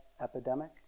Epidemic